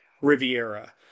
Riviera